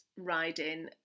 riding